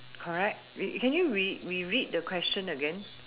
correct re~ can you re~ re~ read the question again